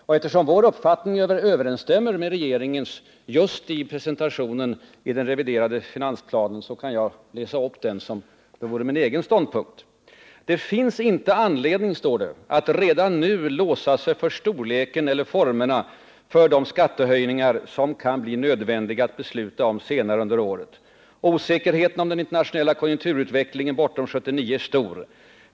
Och eftersom vår uppfattning överensstämmer med regeringens just i presentationen i den reviderade finansplanen, kan jag läsa upp den ståndpunkten som om den vore min egen: Det finns, står det, ”inte anledning att redan nu låsa sig för storleken eller formerna för de skattehöjningar som kan bli nödvändiga att besluta om senare under året. Osäkerheten om den internationella konjunkturutveck lingen bortom 1979 är stor.